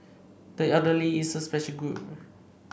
the elderly is a special group